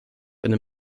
eine